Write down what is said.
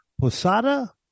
Posada